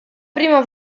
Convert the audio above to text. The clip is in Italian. prima